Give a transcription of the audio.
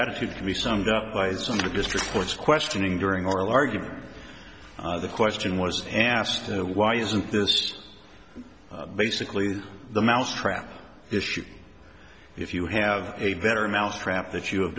attitude can be summed up by some of the district courts questioning during oral argument the question was asked why isn't this basically the mousetrap issue if you have a better mousetrap that you have